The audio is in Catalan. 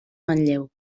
manlleu